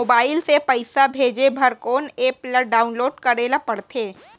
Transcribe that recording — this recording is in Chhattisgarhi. मोबाइल से पइसा भेजे बर कोन एप ल डाऊनलोड करे ला पड़थे?